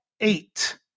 eight